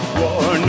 war